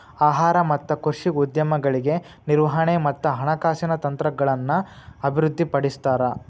ಆಹಾರ ಮತ್ತ ಕೃಷಿ ಉದ್ಯಮಗಳಿಗೆ ನಿರ್ವಹಣೆ ಮತ್ತ ಹಣಕಾಸಿನ ತಂತ್ರಗಳನ್ನ ಅಭಿವೃದ್ಧಿಪಡಿಸ್ತಾರ